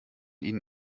ihnen